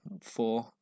four